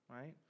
right